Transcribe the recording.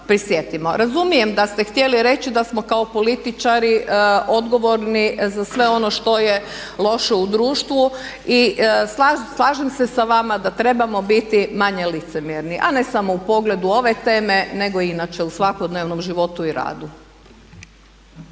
Razumijem da ste htjeli reći da smo kao političari odgovorni za sve ono što je loše u društvu. I slažem se sa vama da trebamo biti manje licemjerni a ne samo u pogledu ove teme nego inače u svakodnevnom životu i radu.